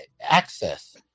access